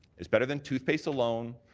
it's better than toothpaste alone,